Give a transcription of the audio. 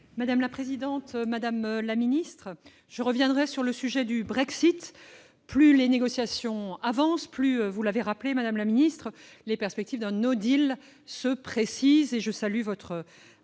Mme Fabienne Keller. Madame la ministre, je reviendrai sur le sujet du Brexit. Plus les négociations avancent, plus, vous l'avez rappelé, madame la ministre, la perspective d'un «» se précise, et je salue votre